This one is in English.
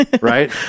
right